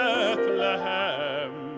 Bethlehem